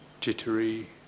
jittery